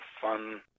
fun